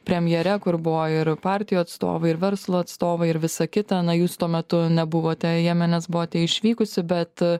premjere kur buvo ir partijų atstovai ir verslo atstovai ir visa kita na jūs tuo metu nebuvote jame nes buvote išvykusi bet